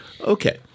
Okay